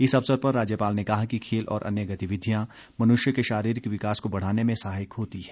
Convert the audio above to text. इस अवसर पर राज्यपाल ने कहा कि खेल और अन्य गतिविधियां मनुष्य के शारीरिक विकास को बढ़ाने में सहायक होती हैं